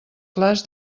clars